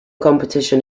competition